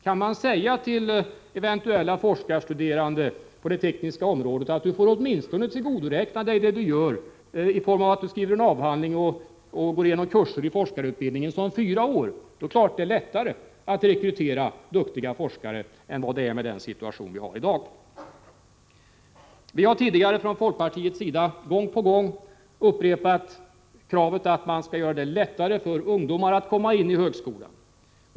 Kan man säga till eventuella forskarstuderande på det tekniska området att de åtminstone får tillgodoräkna sig vad de gör i form av att skriva en avhandling och gå igenom kurser i forskarutbildning på fyra år, är det naturligtvis lättare att rekrytera duktiga forskare än vad det är med den situation som råder i dag. Vi har tidigare från folkpartiets sida gång på gång upprepat kravet att man skall göra det lättare för ungdomar att komma in på högskolan.